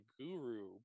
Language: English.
guru